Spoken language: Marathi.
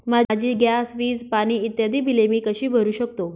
माझी गॅस, वीज, पाणी इत्यादि बिले मी कशी भरु शकतो?